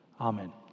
Amen